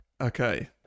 okay